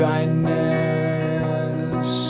Kindness